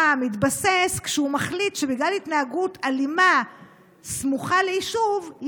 מתבסס כשהוא מחליט שבגלל התנהגות אלימה הסמוכה ליישוב,